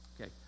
Okay